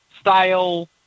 style